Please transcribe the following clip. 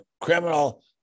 criminal